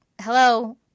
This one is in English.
hello